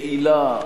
יעילה,